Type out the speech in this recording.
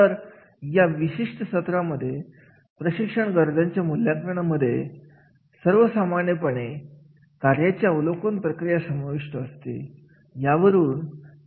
तर या विशिष्ट सत्रामध्ये प्रशिक्षण गरजांच्या मूल्यांकन मध्ये सर्वसामान्यपणे कार्याचे अवलोकन प्रक्रिया समाविष्ट असते यावरून प्रशिक्षण गरजांचे अवलोकन केले जाते